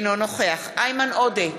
אינו נוכח איימן עודה,